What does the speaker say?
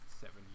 seven